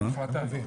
מוחרתיים.